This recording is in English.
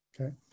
okay